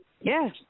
Yes